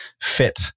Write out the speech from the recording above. fit